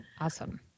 Awesome